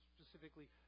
specifically